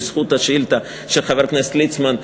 בזכות השאילתה של חבר הכנסת ליצמן,